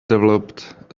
developed